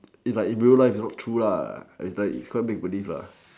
it's like in real life it's not true lah it's like it's quite make believe lah